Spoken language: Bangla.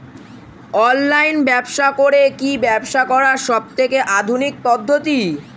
অনলাইন ব্যবসা করে কি ব্যবসা করার সবথেকে আধুনিক পদ্ধতি?